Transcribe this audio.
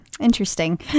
Interesting